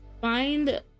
find